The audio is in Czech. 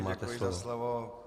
Děkuji za slovo.